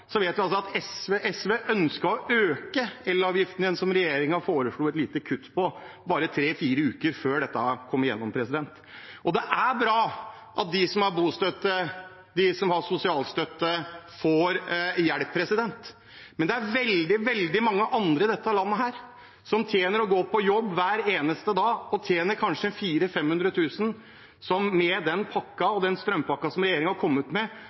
vet altså at SV ønsket å øke elavgiften igjen – som regjeringen foreslo et lite kutt på, bare tre–fire uker før dette gikk igjennom. Det er bra at de som har bostøtte, og de som har sosialstøtte, får hjelp, men det er veldig, veldig mange andre i dette landet som går på jobb hver eneste dag, som kanskje tjener 400 000–500 000 kr, som med den strømpakken regjeringen har kommet med,